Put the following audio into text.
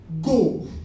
go